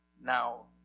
Now